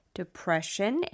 depression